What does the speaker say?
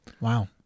Wow